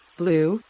blue